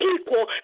equal